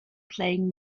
playing